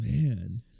Man